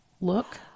look